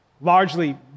largely